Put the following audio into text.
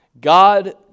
God